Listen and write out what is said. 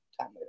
time